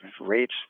rates